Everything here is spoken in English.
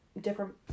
Different